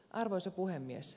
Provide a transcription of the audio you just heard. arvoisa puhemies